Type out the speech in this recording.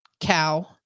cow